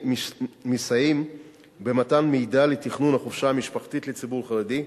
שמסייעים במתן מידע לתכנון החופשה המשפחתית לציבור החרדי,